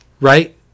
Right